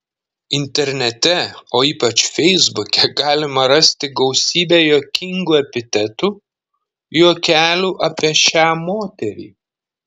internete o ypač feisbuke galima rasti gausybę juokingų epitetų juokelių apie šią moterį